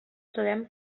sabem